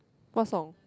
what song